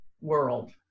world